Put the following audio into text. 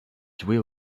jouaient